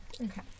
Okay